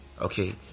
Okay